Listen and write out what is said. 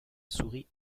souris